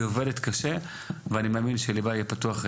אני מאמין שליבה יהיה פתוח,